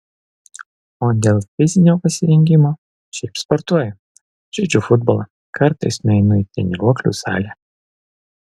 o dėl fizinio pasirengimo šiaip sportuoju žaidžiu futbolą kartais nueinu į treniruoklių salę